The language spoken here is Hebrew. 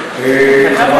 חבר